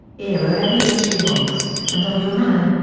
era everything she wants and i'm your man,